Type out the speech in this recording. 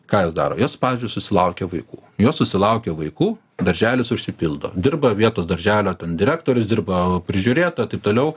ką jos daro jos pavyzdžiui susilaukia vaikų jos susilaukia vaikų darželis užsipildo dirba vietos darželio ten direktorius dirba prižiūrėtoja taip toliau